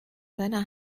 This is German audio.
seine